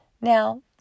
Now